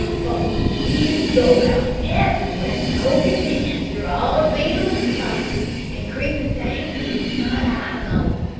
for he used to go about everywhere pokin' pins through all the beetles, and flies, an' creepin' things he could sot eyes on,